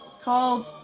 called